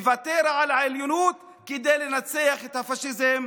לוותר על העליונות כדי לנצח את הפשיזם,